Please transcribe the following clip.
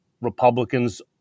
Republicans